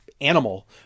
animal